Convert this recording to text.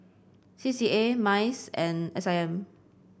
C C A MICE and S I M